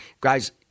Guys